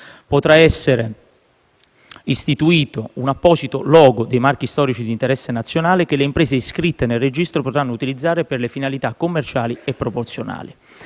potrà essere istituito un apposito logo dei «marchi storici di interesse nazionale», che le imprese iscritte nel registro potranno utilizzare per le finalità commerciali e promozionali.